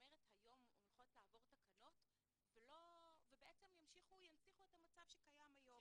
היום הולכות לעבור תקנות ובעצם ינציחו את המצב שקיים היום.